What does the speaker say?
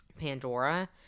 pandora